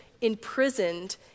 imprisoned